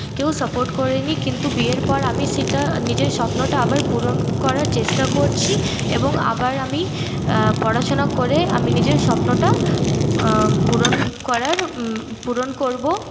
কেউ সাপোর্ট করেনি কিন্তু বিয়ের পর আমি সেটা নিজের স্বপ্নটা আবার পূরণ করার চেষ্টা করছি এবং আবার আমি পড়াশোনা করে আমি নিজের স্বপ্নটা পূরণ করার পূরণ করব